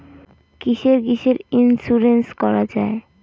কিসের কিসের ইন্সুরেন্স করা যায়?